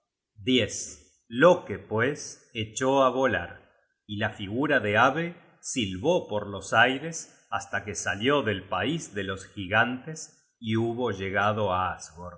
generated at loke pues echó á volar y la figura de ave silbó por los aires hasta que salió del pais de los gigantes y hubo llegado á